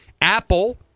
Apple